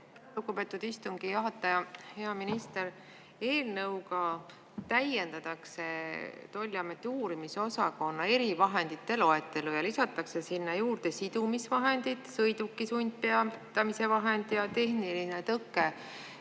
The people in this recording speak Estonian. Lugupeetud istungi juhataja! Hea minister! Eelnõuga täiendatakse tolliameti uurimisosakonna erivahendite loetelu ja lisatakse sinna juurde sidumisvahendid, sõiduki sundpeatamise vahend ja tehniline tõke.